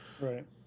Right